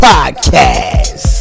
Podcast